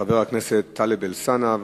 חבר הכנסת טלב אלסאנע,